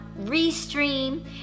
Restream